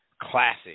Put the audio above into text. classic